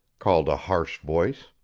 called a harsh voice.